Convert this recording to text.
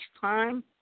time